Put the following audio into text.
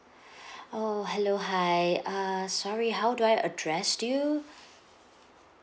oh hello hi err sorry how do I address do you